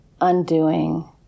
undoing